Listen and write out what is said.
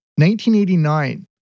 1989